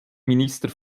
minister